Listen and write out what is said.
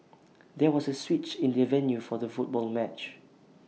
there was A switch in the venue for the football match